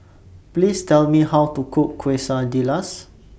Please Tell Me How to Cook Quesadillas